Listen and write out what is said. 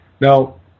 Now